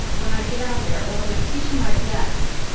when i get out there, or as i'm teaching my cadets,